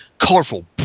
colorful